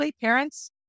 parents